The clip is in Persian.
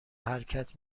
حرکت